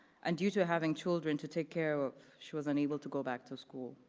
and due to having children to take care of, she was unable to go back to school.